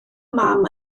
mam